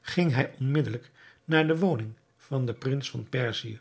ging hij onmiddelijk naar de woning van den prins van perzië